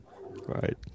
right